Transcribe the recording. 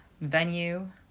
venue